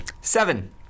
Seven